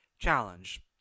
challenge